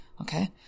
Okay